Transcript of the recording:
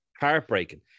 heartbreaking